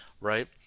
right